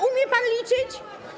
Umie pan liczyć?